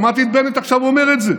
שמעתי את בנט עכשיו אומר את זה: